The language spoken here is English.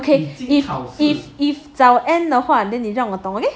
okay if if if 早 end 的话你就让我懂 okay